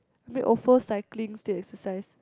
mean Ofo cycling take exercise